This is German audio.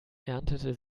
erntete